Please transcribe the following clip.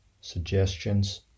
Suggestions